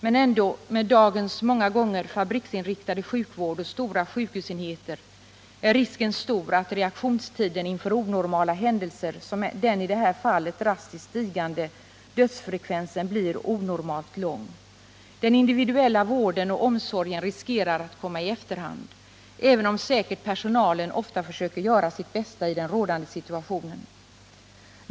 Men ändå, med dagens många gånger fabriksinriktade sjukvård och stora sjukshusenheter, är risken stor att reaktionstiden inför onormala händelser, som den i det här fallet drastiskt stigande dödsfrekvensen, blir onormalt lång. Den individuella vården och omsorgen riskerar att komma i efterhand, även om personalen säkert ofta försöker göra sitt bästa i den rådande situationen.